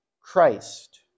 Christ